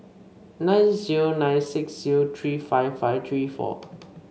nine zero nine six zero three five five three four